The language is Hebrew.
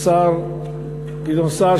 השר גדעון סער,